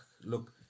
look